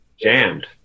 jammed